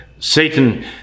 Satan